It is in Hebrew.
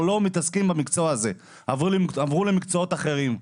לא במקצוע הזה ועברו למקצועות אחרים.